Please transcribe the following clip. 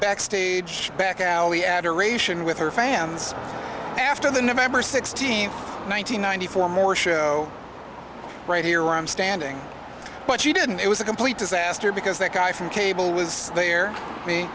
backstage back alley adoration with her fans after the november sixteenth one thousand nine hundred four more show right here i'm standing but she didn't it was a complete disaster because that guy from cable was there me